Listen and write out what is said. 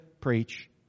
preach